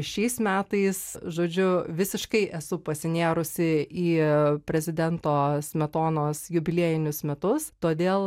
šiais metais žodžiu visiškai esu pasinėrusi į prezidento smetonos jubiliejinius metus todėl